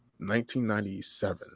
1997